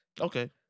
Okay